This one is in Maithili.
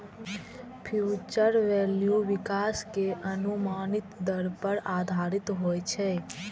फ्यूचर वैल्यू विकास के अनुमानित दर पर आधारित होइ छै